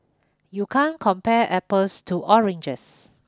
you can't compare apples to oranges